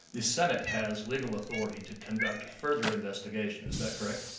the senate has legal authority to conduct further investigations. is that correct?